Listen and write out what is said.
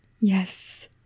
yes